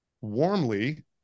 warmly